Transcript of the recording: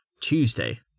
Tuesday